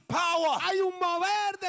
power